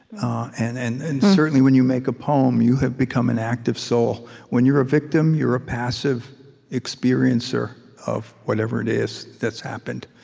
and and and certainly, when you make a poem you have become an active soul. when you're a victim, you're a passive experiencer of whatever it is that's happened.